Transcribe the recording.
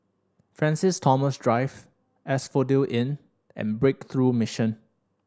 Francis Thomas Drive Asphodel Inn and Breakthrough Mission